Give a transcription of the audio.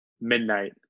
midnight